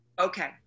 Okay